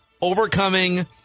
overcoming